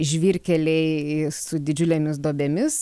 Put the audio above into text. žvyrkeliai su didžiulėmis duobėmis